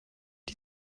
die